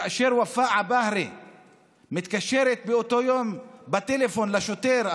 כאשר ופאא עבאהרה מתקשרת באותו יום בטלפון לשוטר,